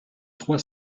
trois